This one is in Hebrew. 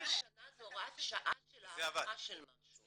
שנה זו הוראת שעה של העברה של משהו.